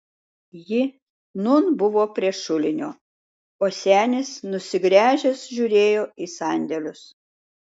ji nūn buvo prie šulinio o senis nusigręžęs žiūrėjo į sandėlius